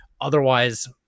Otherwise